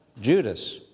Judas